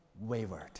wavered